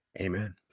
Amen